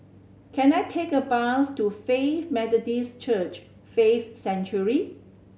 can I take a bus to Faith Methodist Church Faith Sanctuary